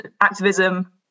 activism